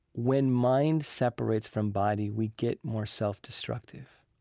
when mind separates from body, we get more self-destructive.